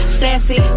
Sassy